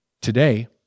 Today